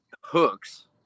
hooks